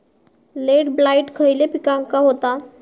Late blight खयले पिकांका होता?